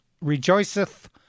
Rejoiceth